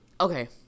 okay